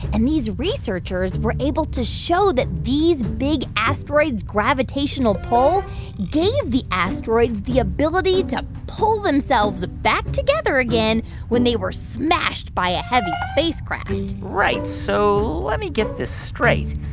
and these researchers were able to show that these big asteroids' gravitational pull gave the asteroids the ability to pull themselves back together again when they were smashed by a heavy spacecraft right. so let me get this straight.